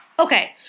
Okay